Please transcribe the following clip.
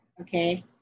okay